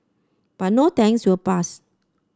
but no thanks we'll pass